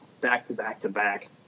back-to-back-to-back